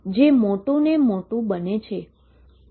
જે મોટું અને મોટું બને છે